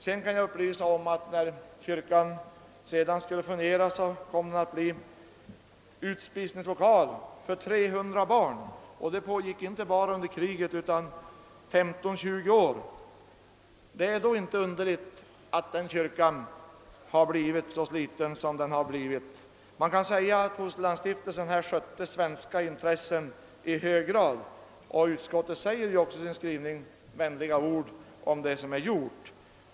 Sedan kom kyrkan att bli utspisningslokal för 300 barn, och den verksamheten pågick inte bara under kriget, utan fortsatte 15—20 år. Det är därför inte underligt att kyrkan blivit så starkt nedsliten som den blivit. Man kan säga att Evangeliska fosterlandsstiftelsen i hög grad skötte svenska intressen. Utskottet använder också i sin skrivning vänliga ord om vad Evangeliska fosterlandsstiftelsen har gjort.